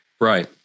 Right